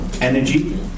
energy